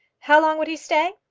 how long would he stay?